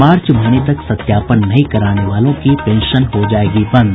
मार्च महीने तक सत्यापन नहीं कराने वालों की पेंशन हो जायेगी बंद